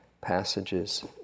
passages